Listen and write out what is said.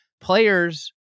Players